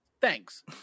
Thanks